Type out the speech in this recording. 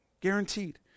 Guaranteed